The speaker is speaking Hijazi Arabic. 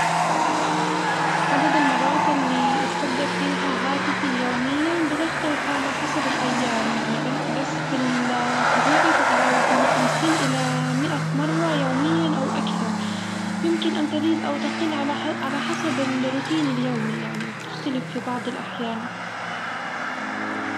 عدد المرات اللي إتفجد فيها هاتفي يوميًا بتختلف على حسب الأيام يعني، بل- بس في الطبيعي تتراوح من خمسين إلى مئة مرة يوميًا أو أكثر، يمكن أن تزيد أو تقل على ح- على حسب الروتين اليومي يعني وبتختلف في بعض الأحيان.